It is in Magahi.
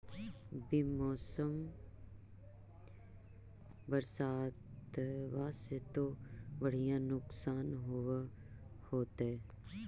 बिन मौसम बरसतबा से तो बढ़िया नुक्सान होब होतै?